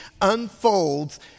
unfolds